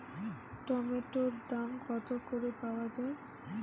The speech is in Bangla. টমেটোর দাম কত করে পাওয়া যায়?